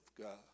God